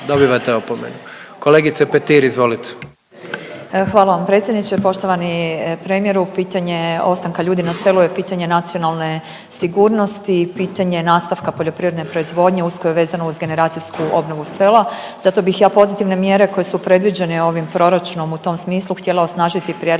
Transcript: Dobivate opomenu. Kolegice Petir, izvolite. **Petir, Marijana (Nezavisni)** Hvala vam predsjedniče, poštovani premijeru. Pitanje ostanka ljudi na selu je pitanje nacionalne sigurnosti, pitanje nastavka poljoprivredne proizvodnje usko je vezano uz generacijsku obnovu sela. Zato bih ja pozitivne mjere koje su previđene ovim proračunom u tom smislu htjela osnažiti prijedlogom